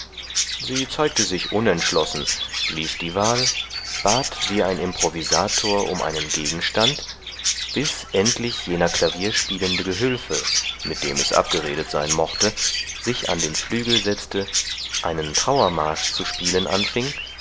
sie zeigte sich unentschlossen ließ die wahl bat wie ein improvisator um einen gegenstand bis endlich jener klavier spielende gehülfe mit dem es abgeredet sein mochte sich an den flügel setzte einen trauermarsch zu spielen anfing